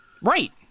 Right